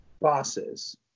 bosses